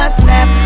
snap